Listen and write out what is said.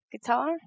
Guitar